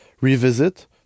revisit